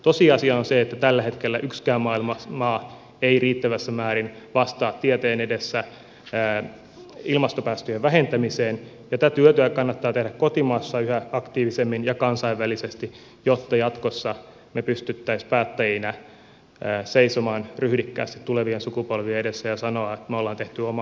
tosiasia on se että tällä hetkellä yksikään maailman maa ei riittävässä määrin vastaa tieteen edessä ilmastopäästöjen vähentämiseen ja tätä työtä kannattaa tehdä kotimaassa yhä aktiivisemmin ja kansainvälisesti jotta jatkossa me pystyisimme päättäjinä seisomaan ryhdikkäästi tulevien sukupolvien edessä ja sanomaan että me olemme tehneet oman osuutemme